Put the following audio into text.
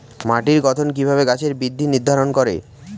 মাটির গঠন কিভাবে গাছের বৃদ্ধি নির্ধারণ করে?